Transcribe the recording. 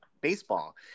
baseball